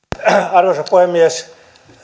arvoisa puhemies